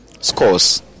scores